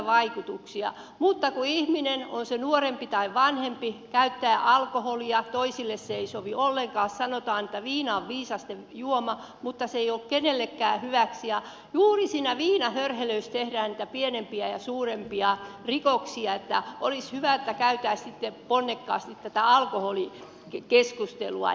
mutta kun ihminen on se nuorempi tai vanhempi käyttää alkoholia toisille se ei sovi ollenkaan sanotaan että viina on viisasten juoma mutta se ei ole kenellekään hyväksi niin juuri siinä viinahörhelössä tehdään niitä pienempiä ja suurempia rikoksia niin että olisi hyvä että käytäisiin sitten ponnekkaasti tätä alkoholikeskustelua